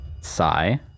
sigh